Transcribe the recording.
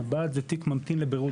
שזה תיק ממתין לבירור,